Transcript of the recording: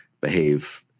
behave